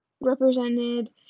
represented